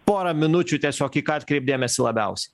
porą minučių tiesiog į ką atkreipt dėmesį labiausiai